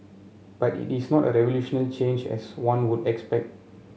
but it is not a revolutionary change as one would expect